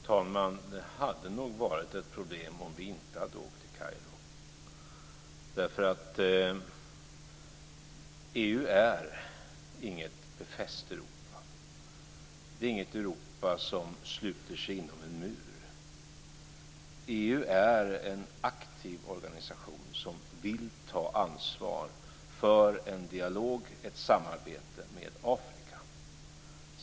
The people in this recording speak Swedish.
Fru talman! Det hade nog varit ett problem om vi inte hade åkt till Kairo, därför att EU är inget befäst Europa. Det är inget Europa som sluter sig inom en mur. EU är en aktiv organisation som vill ta ansvar för en dialog, ett samarbete med Afrika.